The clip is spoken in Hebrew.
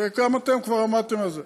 וגם אתם כבר עמדתם על זה: